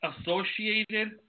associated